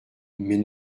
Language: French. mais